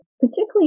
particularly